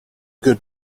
good